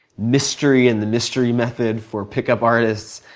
mystery and the mystery method for pickup artists,